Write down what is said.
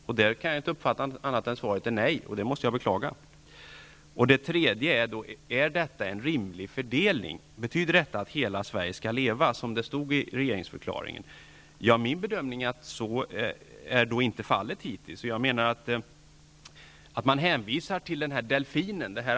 Jag kan inte uppfatta det på något annat sätt än att svaret är nej, vilket jag beklagar. Den tredje frågan var: Är detta en rimlig fördelning? Betyder detta att hela Sverige skall leva, som det stod i regeringsförklaringen? Min bedömning är att så inte har varit fallet hittills. Man hänvisar till anslaget Delfinen.